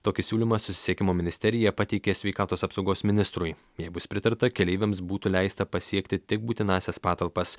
tokį siūlymą susisiekimo ministerija pateikė sveikatos apsaugos ministrui jei bus pritarta keleiviams būtų leista pasiekti tik būtinąsias patalpas